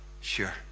Sure